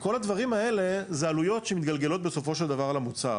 וכל הדברים האלה זה עלויות שמתגלגלות בסופו של דבר על המוצר.